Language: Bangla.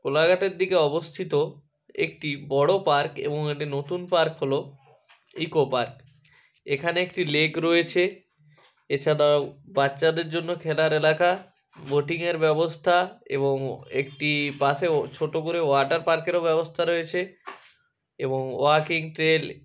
কোলাঘাটের দিকে অবস্থিত একটি বড়ো পার্ক এবং একটি নতুন পার্ক হলো ইকো পার্ক এখানে একটি লেক রয়েছে এছাদাও বাচ্চাদের জন্য খেলার এলাকা বোটিংয়ের ব্যবস্থা এবং একটি পাশেও ছোটো করে ওয়াটার পার্কেরও ব্যবস্থা রয়েছে এবং ওয়াকিং ট্রেল